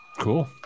cool